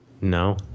No